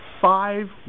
five